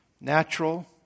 Natural